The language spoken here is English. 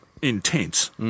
Intense